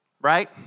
right